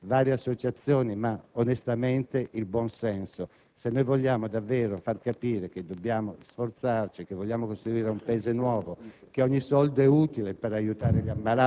Credo che il Governo si debba impegnare seriamente sui tre punti che erano parte del programma dell'Unione e che debba impegnare seriamente l'Italia come membro del Consiglio di Sicurezza dell'ONU.